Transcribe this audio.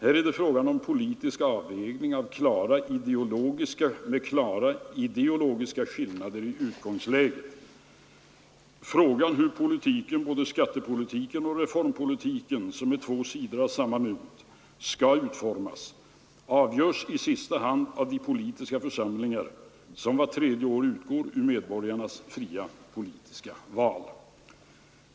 Här är det frågan om en politisk avvägning med klara ideologiska skillnader i utgångsläget. Frågan hur politiken — både skattepolitiken och reformpolitiken, som är två sidor av samma mynt — skall utformas avgörs i sista hand av de politiska församlingar som vart tredje år utgår ur medborgarnas fria politiska val.